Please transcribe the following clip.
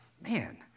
man